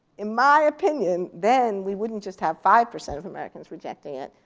in my opinion, then we wouldn't just have five percent of americans rejecting it.